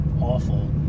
awful